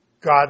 God